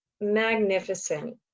magnificent